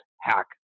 hack